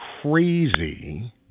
crazy